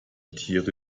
tiere